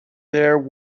there